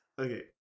Okay